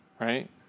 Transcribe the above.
right